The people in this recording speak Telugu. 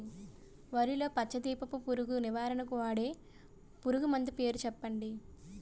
వరిలో పచ్చ దీపపు పురుగు నివారణకు వాడే పురుగుమందు పేరు చెప్పండి?